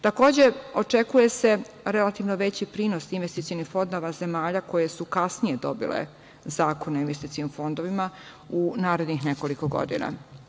Takođe, očekuje se relativno veći prinos investicionih fondova zemalja koje su kasnije dobile zakone o investicionim fondovima, u narednih nekoliko godina.